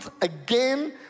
again